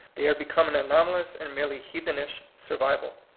they are become an anomalous and merely heathenish survival.